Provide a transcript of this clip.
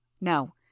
No